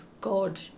God